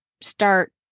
start